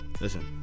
Listen